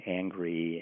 angry